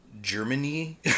Germany